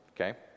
Okay